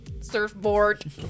Surfboard